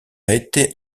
été